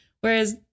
Whereas